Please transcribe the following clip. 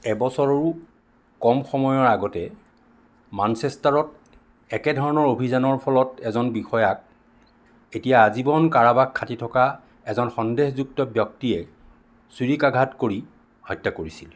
এবছৰৰো কম সময়ৰ আগতে মানচেষ্টাৰত একেধৰণৰ অভিযানৰ ফলত এজন বিষয়াক এতিয়া আজীৱন কাৰাবাস খাটি থকা এজন সন্দেহযুক্ত ব্যক্তিয়ে ছুৰীকাঘাত কৰি হত্যা কৰিছিল